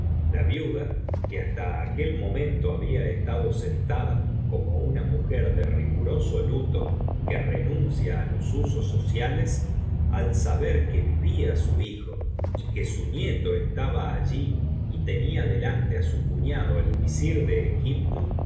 la viuda que hasta aquel momento había estado sentada como una mujer de riguroso luto que renuncia á los usos sociales al saber que vivía su hijo y que su nieto estaba allí y tenía delante á su cuñado el visir de egipto